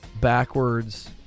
backwards